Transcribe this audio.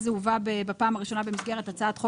אז זה הובא בפעם הראשונה במסגרת הצעת חוק